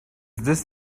this